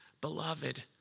beloved